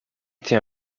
été